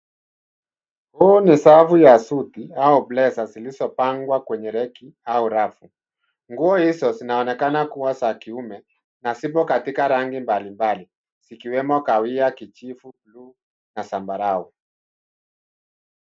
Huu ni safu ya suti au blazer zilizopangwa kwenye reki au rafu. Nguo hizo zinaonekana kuwa za kiume na zipo katika rangi mbalimbali zikiwemo kahawia , kijivu, bluu na zambarau.